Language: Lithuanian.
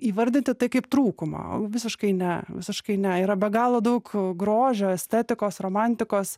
įvardyti tai kaip trūkumą visiškai ne visiškai ne yra be galo daug grožio estetikos romantikos